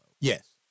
Yes